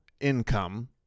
income